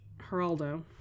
Geraldo